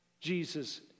Jesus